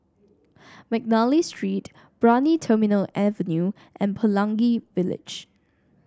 McNally Street Brani Terminal Avenue and Pelangi Village